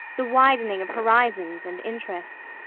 the widening of horizons and interests.